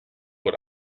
what